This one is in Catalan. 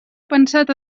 pensat